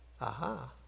aha